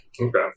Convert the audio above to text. Okay